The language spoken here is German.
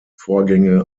vorgänge